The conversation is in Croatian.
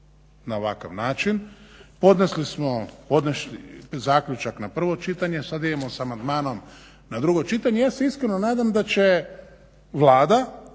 na ovakav način, podnesli smo zaključak na prvo čitanje, sad idemo s amandmanom na drugo čitanje, i ja se iskreno nadam da će Vlada,